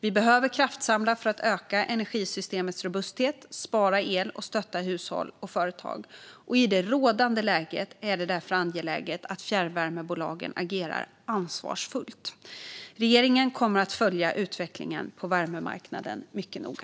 Vi behöver kraftsamla för att öka energisystemets robusthet, spara el och stötta hushåll och företag. I det rådande läget är det därför angeläget att fjärrvärmebolagen agerar ansvarsfullt. Regeringen kommer att följa utvecklingen på värmemarknaden mycket noga.